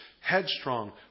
headstrong